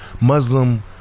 Muslim